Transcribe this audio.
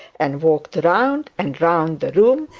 and walked round and round the room,